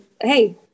hey